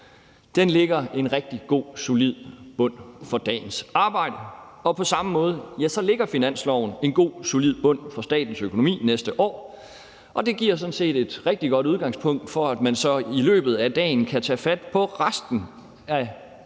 Den lægger en rigtig god, solid bund for dagens arbejde, og på samme måde lægger finansloven en god, solid bund for statens økonomi næste år. Det giver sådan set et rigtig godt udgangspunkt for, at man så i løbet af den kan tage fat på resten af